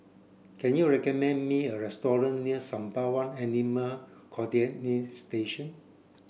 can you recommend me a restaurant near Sembawang Animal Quarantine Station